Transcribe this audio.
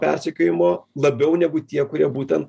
persekiojimo labiau negu tie kurie būten